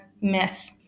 myth